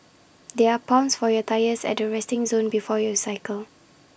there are pumps for your tyres at the resting zone before you cycle